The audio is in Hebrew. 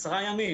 עשרה ימים,